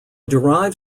derive